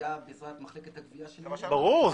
גבייה בעזרת מחלקת הגבייה --- ברור,